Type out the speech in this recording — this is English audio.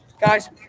Guys